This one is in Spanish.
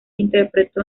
interpretó